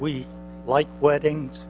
we like weddings